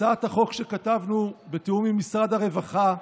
הצעת החוק, שכתבנו בתיאום עם משרד הרווחה,